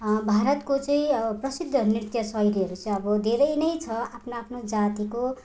भारतको चाहिँ अब प्रसिद्ध नृत्य शैलीहरू चाहिँ अब धेरै नै छ आफ्नो आफ्नो जातिको